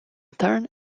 tern